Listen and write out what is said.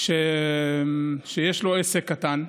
יש לו עסק קטן,